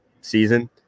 season